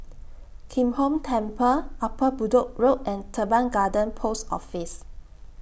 Kim Hong Temple Upper Bedok Road and Teban Garden Post Office